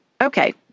Okay